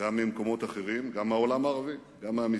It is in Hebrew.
גם ממקומות אחרים, גם מהעולם הערבי, גם מהמפרץ.